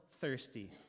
thirsty